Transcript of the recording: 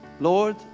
Lord